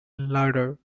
larder